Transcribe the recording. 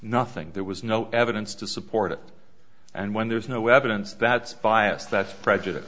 nothing there was no evidence to support it and when there's no evidence that's bias that's prejudice